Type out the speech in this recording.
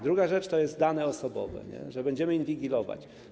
Druga rzecz to są dane osobowe, to, że będziemy inwigilować.